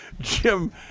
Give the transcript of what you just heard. Jim